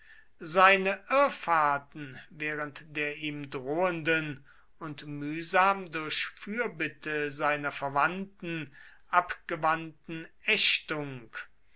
seine irrfahrten während der ihm drohenden und mühsam durch fürbitte seiner verwandten abgewandten ächtung